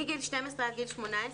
מגיל 12 עד 18,